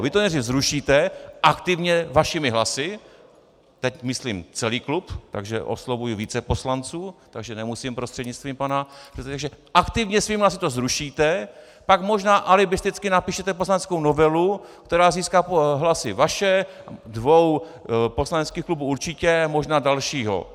Vy to nejdřív zrušíte aktivně svými hlasy, teď myslím celý klub, takže oslovuji více poslanců, takže nemusím prostřednictvím pana předsedy, takže aktivně svými hlasy to zrušíte, pak možná alibisticky napíšete poslaneckou novelu, která získá hlasy vaše, dvou poslaneckých klubů určitě a možná dalšího.